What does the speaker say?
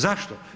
Zašto?